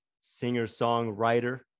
singer-songwriter